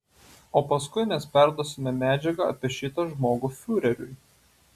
o paskui mes perduosime medžiagą apie šitą žmogų fiureriui